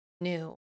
new